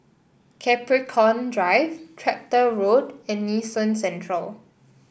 Capricorn Drive Tractor Road and Nee Soon Central